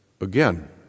again